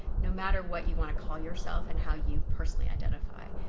no matter what you want to call yourself and how you personally identify.